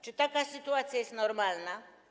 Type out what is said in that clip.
Czy taka sytuacja jest normalna?